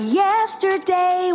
yesterday